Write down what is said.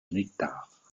nectar